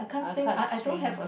I'm quite strain